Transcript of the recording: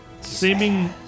seeming